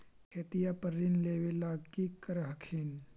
खेतिया पर ऋण लेबे ला की कर हखिन?